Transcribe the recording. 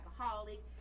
alcoholic